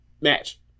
match